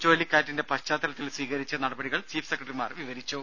ചുഴലിക്കാറ്റിന്റെ പശ്ചാത്തലത്തിൽ സ്വീകരിച്ച നടപടികൾ ചീഫ് സെക്രട്ടറിമാർ വിവരിച്ചു